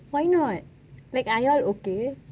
why not are you all okay